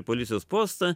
į policijos postą